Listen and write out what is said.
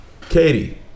Katie